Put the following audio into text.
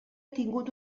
tingut